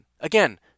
Again